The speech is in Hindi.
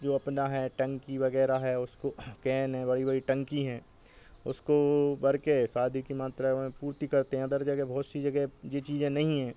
जो अपना है टंकी वग़ैरह है उसको कैन है बड़ी बड़ी टंकी हैं उसको भरकर शादी की मात्रा में पूर्ति करते हैं अदर जगह बहुत सी जगह ये चीज़ें नहीं हैं